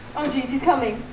oh jeez, he's coming,